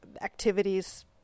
activities